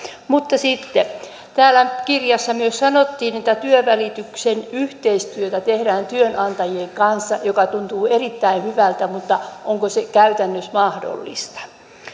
mutta sitten täällä kirjassa myös sanottiin että työnvälityksen yhteistyötä tehdään työnantajien kanssa mikä tuntuu erittäin hyvältä mutta onko se käytännössä mahdollista